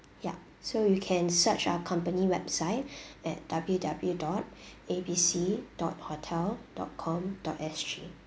ya so you can search our company website at W W dot A B C dot hotel dot com dot S_G